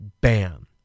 bam